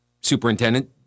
superintendent